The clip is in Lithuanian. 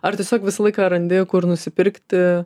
ar tiesiog visą laiką randi kur nusipirkti